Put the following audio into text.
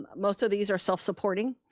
most of these are self supporting.